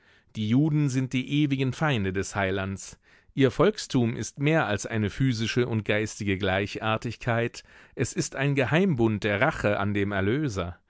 die juden sind die ewigen feinde des heilands ihr volkstum ist mehr als eine physische und geistige gleichartigkeit es ist ein geheimbund der rache an dem erlöser